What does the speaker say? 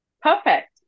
perfect